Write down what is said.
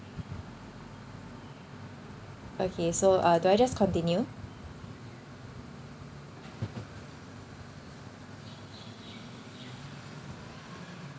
okay so uh do I just continue